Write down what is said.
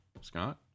Scott